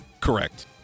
Correct